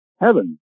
heaven